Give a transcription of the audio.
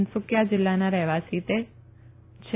તિનસુકીયા જીલ્લાના રહેવાસી છે